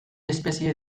espezie